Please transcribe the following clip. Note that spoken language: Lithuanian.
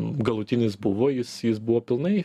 galutinis buvo jis jis buvo pilnai